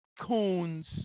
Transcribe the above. Coons